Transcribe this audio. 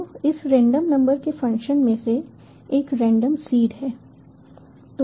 तो इस random number के फंक्शंस में से एक रेंडम सीड है